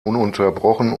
ununterbrochen